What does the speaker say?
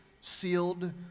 sealed